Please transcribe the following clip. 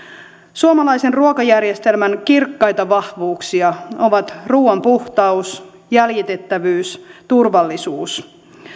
suomalaisen ruokajärjestelmän kirkkaita vahvuuksia ovat ruuan puhtaus jäljitettävyys turvallisuus